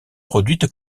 produite